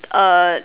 err